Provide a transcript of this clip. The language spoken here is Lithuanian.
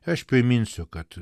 aš priminsiu kad